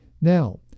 Now